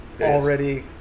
Already